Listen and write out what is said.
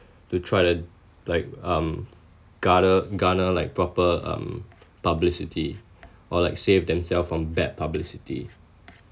to try the like um garner garner like proper um publicity or like save themselves from bad publicity